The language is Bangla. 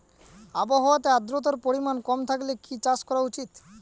আবহাওয়াতে আদ্রতার পরিমাণ কম থাকলে কি চাষ করা উচিৎ?